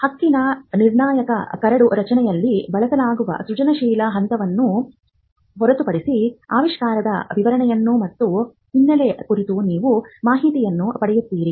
ಹಕ್ಕಿನ ನಿರ್ಣಾಯಕ ಕರಡು ರಚನೆಯಲ್ಲಿ ಬಳಸಲಾಗುವ ಸೃಜನಶೀಲ ಹಂತವನ್ನು ಹೊರತುಪಡಿಸಿ ಆವಿಷ್ಕಾರದ ವಿವರಣೆ ಮತ್ತು ಹಿನ್ನೆಲೆ ಕುರಿತು ನೀವು ಮಾಹಿತಿಯನ್ನು ಪಡೆಯುತ್ತೀರಿ